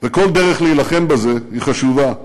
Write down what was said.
וכל דרך להילחם בזה היא חשובה.